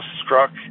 struck